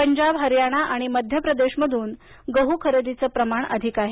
पंजाब हरयाणा आणि मध्यप्रदेशमधून गहू खरेदीचे प्रमाण अधिक आहे